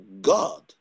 God